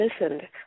listened